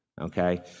Okay